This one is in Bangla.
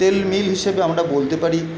তেল মিল হিসেবে আমরা বলতে পারি